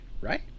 right